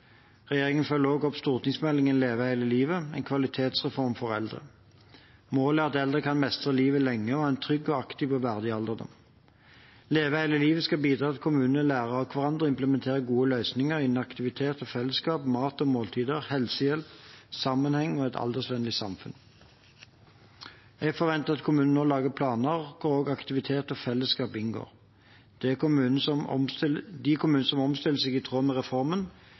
Regjeringen følger også opp stortingsmeldingen Leve hele livet – En kvalitetsreform for eldre. Målet er at eldre kan mestre livet lenger og ha en trygg, aktiv og verdig alderdom. «Leve hele livet» skal bidra til at kommunene lærer av hverandre og implementerer gode løsninger innen aktivitet og fellesskap, mat og måltider, helsehjelp, sammenheng i tjenestene og et aldersvennlig samfunn. Jeg forventer at kommunene nå lager planer hvor også aktivitet og felleskap inngår. De kommunene som omstiller seg i tråd med reformen,